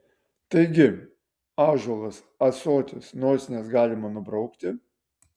taigi ąžuolas ąsotis nosines galima nubraukti